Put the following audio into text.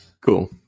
Cool